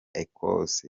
ecosse